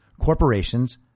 corporations